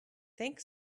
think